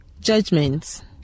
Judgments